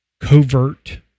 covert